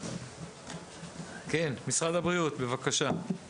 משרד הבריאות, בבקשה.